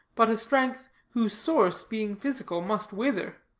but a strength, whose source, being physical, must wither.